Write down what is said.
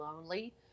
lonely